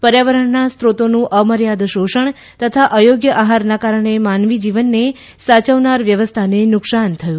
પર્યાવરણના સ્રોતોનું અમર્યાદ શોષણ તથા અયોગ્ય આહારના કારણે માનવી જીવનને સાચવનાર વ્યવસ્થાને નુકસાન થાય છે